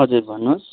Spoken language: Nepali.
हजुर भन्नुहोस्